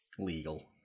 legal